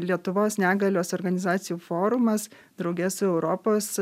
lietuvos negalios organizacijų forumas drauge su europos